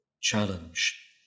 challenge